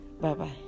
Bye-bye